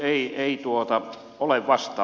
ei ole vastauksia tullut